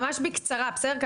ממש בקצרה, בסדר?